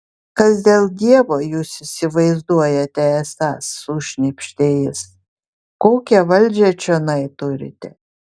kas dėl dievo jūs įsivaizduojate esąs sušnypštė jis kokią valdžią čionai turite